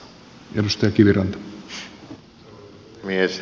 arvoisa puhemies